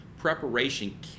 Preparation